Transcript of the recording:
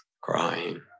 crying